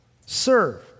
Serve